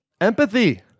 Empathy